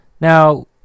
Now